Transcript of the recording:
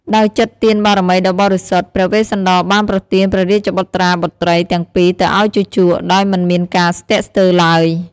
ដោយចិត្តទានបារមីដ៏បរិសុទ្ធ ព្រះវេស្សន្តរបានប្រទានព្រះរាជបុត្រាបុត្រីទាំងពីរទៅឱ្យជូជក ដោយមិនមានការស្ទាក់ស្ទើរឡើយ។